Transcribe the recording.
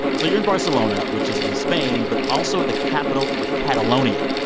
so you're in barcelona, which is in spain, but also the capital of catalonia.